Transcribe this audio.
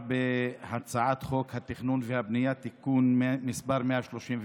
תשתיות תקשורת מתקדמות, סיבים אופטיים.